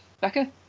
Becca